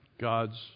god's